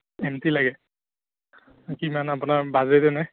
N চি লাগে কিমান আপোনাৰ বাজেট এনেই